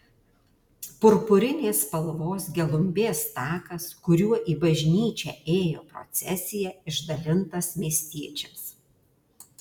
purpurinės spalvos gelumbės takas kuriuo į bažnyčią ėjo procesija išdalintas miestiečiams